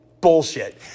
Bullshit